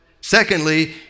secondly